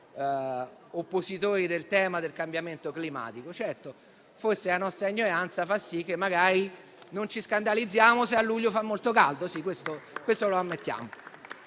oppositori del tema del cambiamento climatico. Certo, forse la nostra ignoranza fa sì che magari non ci scandalizziamo se a luglio fa molto caldo, e questo lo ammettiamo.